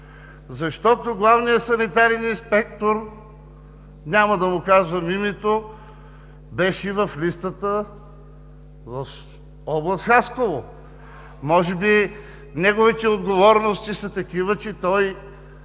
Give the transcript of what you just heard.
защото главният санитарен инспектор – няма да му казвам името, беше в листата на област Хасково? Може би неговите отговорности са такива, че той,